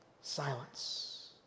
silence